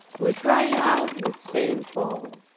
we cry out with st. paul,